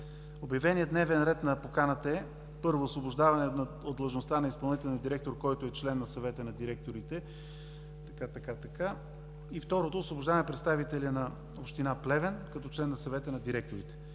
Обявеният дневен ред на поканата е: първо, освобождаване от длъжността на изпълнителен директор, който е и член на Съвета на директорите. И второто – освобождаване на представителя на община Плевен като член на Съвета на директорите.